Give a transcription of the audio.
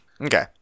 okay